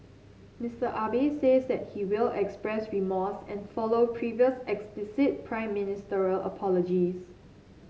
Mister Abe says that he will express remorse and follow previous explicit Prime Ministerial apologies